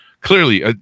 clearly